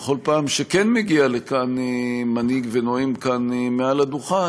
כל פעם שכן מגיע מנהיג ונואם כאן מעל הדוכן,